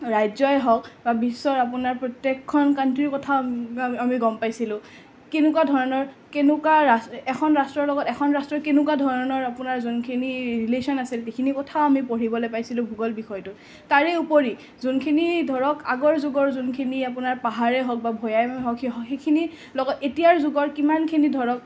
ৰাজ্যই হওক বা বিশ্বৰ আপোনাৰ প্ৰত্যেকখন কাণ্ট্ৰিৰ কথা আমি আমি গম পাইছিলোঁ কেনেকুৱা ধৰণৰ কেনেকুৱা ৰা এখন ৰাষ্ট্ৰৰ লগত এখন ৰাষ্ট্ৰৰ কেনেকুৱা ধৰণৰ আপোনাৰ যোনখিনি ৰিলেচন আছিল সেইখিনি কথাও আমি পঢ়িবলৈ পাইছিলোঁ ভূগোল বিষয়টোত তাৰে উপৰি যোনখিনি ধৰক আগৰ যুগৰ যোনখিনি আপোনাৰ পাহাৰে হওক বা ভৈয়ামেই হওক সেইখিনি লগত এতিয়াৰ যুগৰ কিমানখিনি ধৰক